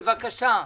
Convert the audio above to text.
בבקשה.